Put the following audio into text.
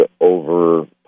over